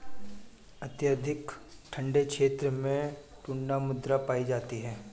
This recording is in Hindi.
अत्यधिक ठंडे क्षेत्रों में टुण्ड्रा मृदा पाई जाती है